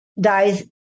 dies